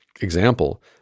example